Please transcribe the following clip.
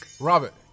Robert